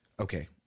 okay